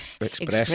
express